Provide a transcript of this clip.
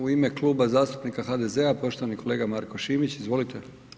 U ime Kluba zastupnika HDZ-a poštovani kolega Marko Šimić, izvolite.